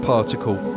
Particle